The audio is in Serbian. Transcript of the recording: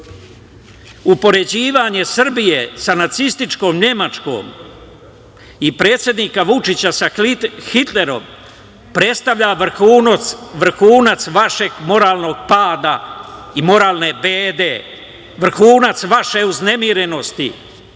SPC.Upoređivanje Srbije sa nacističkom Nemačkom i predsednika Vučića sa Hitlerom predstavlja vrhunac vašeg moralnog pada i moralne bede, vrhunac vaše uznemirenosti. Gospodine